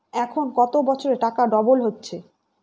এখন কত বছরে টাকা ডবল হচ্ছে?